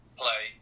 play